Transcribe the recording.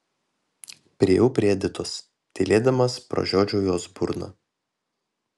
priėjau prie editos tylėdamas pražiodžiau jos burną